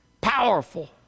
powerful